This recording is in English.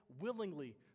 willingly